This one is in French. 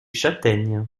châtaignes